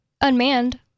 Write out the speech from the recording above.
unmanned